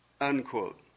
Unquote